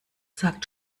sagt